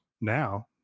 now